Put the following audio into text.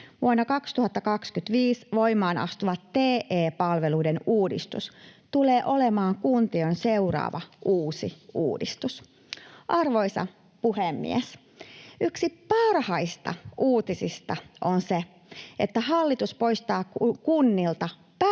Vuonna 2025 voimaan astuva TE-palveluiden uudistus tulee olemaan kuntien seuraava suuri uudistus. Arvoisa puhemies! Yksi parhaista uutisista on se, että hallitus poistaa kunnilta pähkähullun